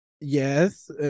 Yes